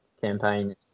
campaign